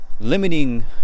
limiting